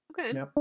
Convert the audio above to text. Okay